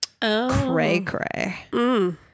cray-cray